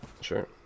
Sure